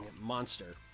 monster